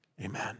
Amen